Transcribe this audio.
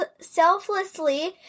selflessly